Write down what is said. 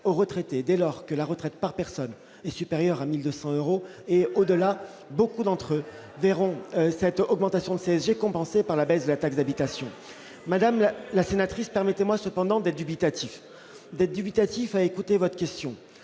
aux retraités, dès lors que la retraite par personne et supérieures à 1200 euros et au-delà, beaucoup d'entre eux verront cette augmentation de CSG compensée par la baisse de la taxe d'habitation, madame la sénatrice permettez-moi cependant d'être dubitatif d'être dubitatif à écouter votre question